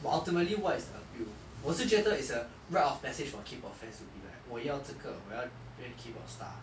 but ultimately what is the appeal 我是觉得 is a right off message for K pop fans to be like 我要这个我要变 K pop star